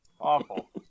awful